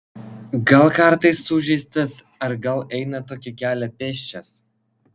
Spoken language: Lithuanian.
gal kartais sužeistas ar gal eina tokį kelią pėsčias